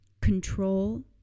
control